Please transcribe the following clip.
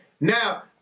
Now